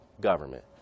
government